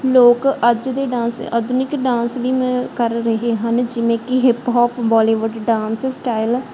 ਲੋਕ ਅੱਜ ਦੇ ਡਾਂਸ ਆਧੁਨਿਕ ਡਾਂਸ ਵੀ ਮੈਂ ਕਰ ਰਹੇ ਹਨ ਜਿਵੇਂ ਕਿ hip hop Bollywood dance style